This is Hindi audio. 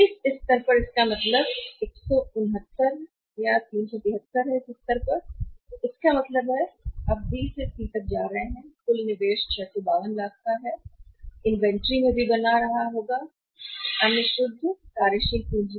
तो इस स्तर पर इसका मतलब 169 इस स्तर पर 373 है तो इसका मतलब है कि आप B से C तक जा रहे हैं कुल निवेश में 652 लाख का निवेश करेगा इन्वेंट्री में भी बना रहा होगाअन्य शुद्ध कार्यशील पूंजी